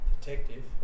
Detective